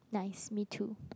nice me too